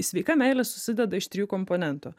sveika meilė susideda iš trijų komponentų